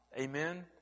Amen